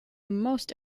most